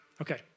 Okay